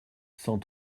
cent